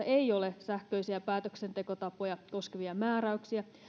ei ole sähköisiä päätöksentekotapoja koskevia määräyksiä